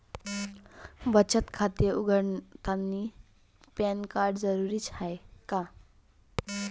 बचत खाते उघडतानी पॅन कार्ड जरुरीच हाय का?